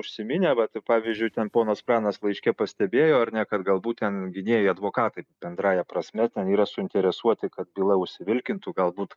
užsiminę vat pavyzdžiui ten ponas pranas laiške pastebėjo ar ne kad galbūt ten gynėjai advokatai bendrąja prasme yra suinteresuoti kad byla užsivilkintų galbūt